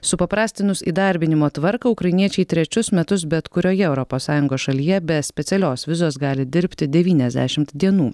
supaprastinus įdarbinimo tvarką ukrainiečiai trečius metus bet kurioje europos sąjungos šalyje be specialios vizos gali dirbti devyniasdešimt dienų